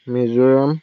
Mizoram